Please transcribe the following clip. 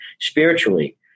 spiritually